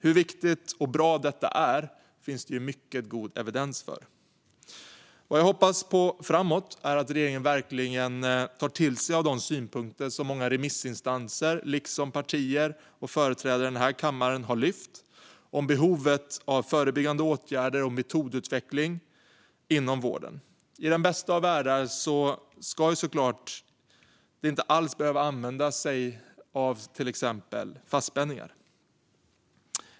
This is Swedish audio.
Hur viktigt och bra detta är finns det mycket god evidens för. Vad jag hoppas på framöver är att regeringen verkligen tar till sig de synpunkter som många remissinstanser liksom partier och företrädare här i kammaren har lyft fram om behovet av förebyggande åtgärder och metodutveckling inom vården. I den bästa av världar ska vården såklart inte alls behöva använda sig av till exempel fastspänning.